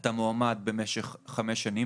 אתה מועמד במשך חמש שנים.